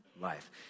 life